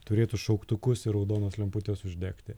turėtų šauktukus ir raudonas lemputes uždegti